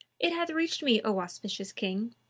it hath reached me, o auspicious king,